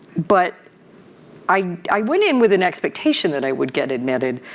but i i went in with an expectation that i would get admitted.